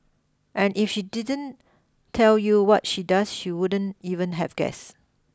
and if she didn't tell you what she does she wouldn't even have guessed